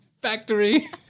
Factory